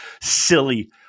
silly